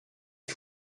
que